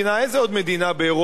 איזה עוד מדינה באירופה,